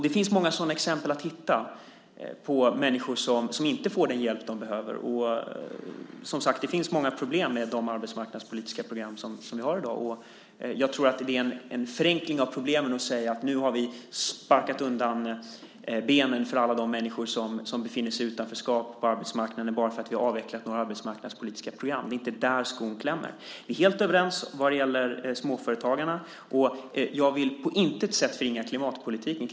Det finns många sådana exempel på människor som inte får den hjälp de behöver. Det finns många problem med de arbetsmarknadspolitiska programmen som finns i dag. Det är en förenkling av problemen att säga att vi nu har sparkat undan benen för alla de människor som befinner sig i utanförskap på arbetsmarknaden bara för att vi har avvecklat några arbetsmarknadspolitiska program. Det är inte där skon klämmer. Vi är helt överens vad gäller småföretagarna. Jag vill på intet sätt förringa klimatpolitiken.